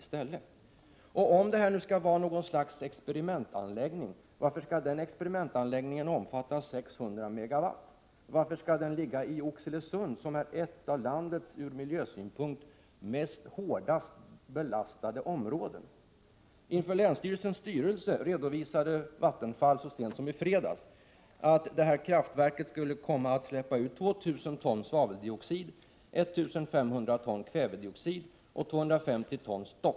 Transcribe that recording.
Om detta kraftverk nu skall vara något slags experimentanläggning, varför skall den i så fall omfatta 600 MW? Varför skall den ligga i Oxelösund, som är ett av landets ur miljösynpunkt hårdast belastade områden? Inför länsstyrelsens styrelse redovisade Vattenfall så sent som i fredags att detta kraftverk skulle komma att släppa ut 2 000 ton svaveldioxid, 1 500 ton kvävedioxid och 250 ton stoft.